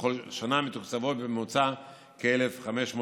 בכל שנה מתוקצבות בממוצע כ-1,500 כיתות.